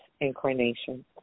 incarnation